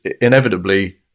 inevitably